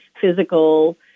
physical